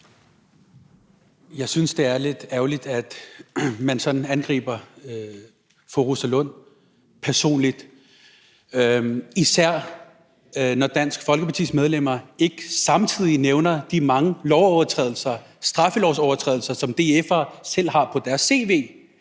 Jeg synes, det er lidt ærgerligt, at man sådan angriber fru Rosa Lund personligt, især når Dansk Folkepartis medlemmer ikke samtidig nævner de mange straffelovsovertrædelser, som DF'ere selv har på deres cv.